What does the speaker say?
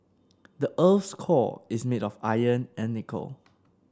the earth's core is made of iron and nickel